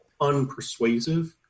unpersuasive